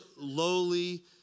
lowly